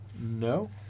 No